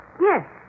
Yes